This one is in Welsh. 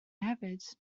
hefyd